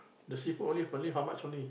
the seafood only only how much only